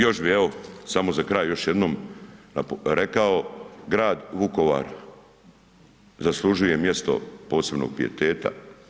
Još bi evo, samo za kraj još jednom rekao, grad Vukovar zaslužuje posebnog pijeteta.